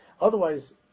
Otherwise